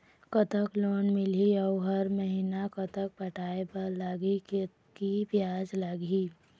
कतक लोन मिलही अऊ हर महीना कतक पटाए बर लगही, कतकी ब्याज लगही?